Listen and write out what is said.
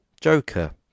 Joker